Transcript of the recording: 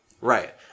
Right